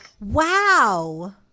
Wow